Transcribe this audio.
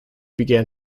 began